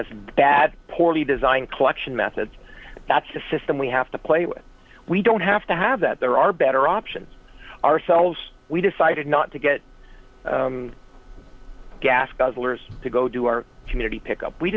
a bad poorly designed collection method that's the system we have to play with we don't have to have that there are better options ourselves we decided not to get gas guzzlers to go to our community pick up we